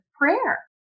prayer